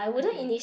okay